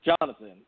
Jonathan